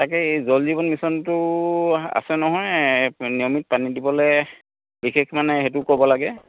তাকেই এই জল জীৱন মিছনটো আছে নহয় নিয়মিত পানী দিবলৈ বিশেষ মানে সেইটোও ক'ব লাগে